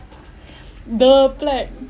the plaque